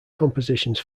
compositions